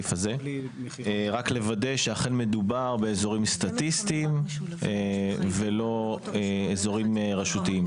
רק לוודא שאכן מדובר באזורים סטטיסטיים ולא אזורים של הרשות.